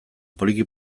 poliki